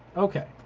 okay.